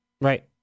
Right